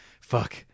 Fuck